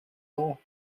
ans